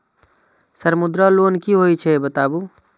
Sir Mudra loan की हे छे बताबू?